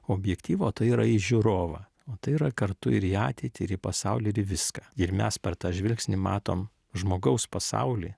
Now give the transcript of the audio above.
objektyvą o tai yra į žiūrovą tai yra kartu ir į ateitį ir į pasaulį ir į viską ir mes per tą žvilgsnį matom žmogaus pasaulį